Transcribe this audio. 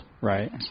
Right